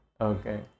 Okay